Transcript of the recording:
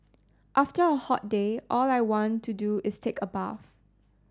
after a hot day all I want to do is take a bath